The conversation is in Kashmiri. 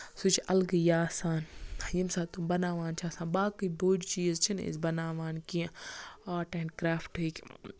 سُہ چھُ اَلگٕے یہِ آسان ییٚمہِ ساتہٕ تم بَناوان چھِ آسان باقٕے بٔڑۍ چیٖز چھِنہٕ أسۍ بَناوان کیٚنہہ آرٹ اینڈ کریفٹٕکۍ